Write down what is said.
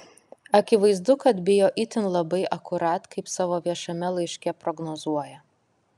akivaizdu kad bijo itin labai akurat kaip savo viešame laiške prognozuoja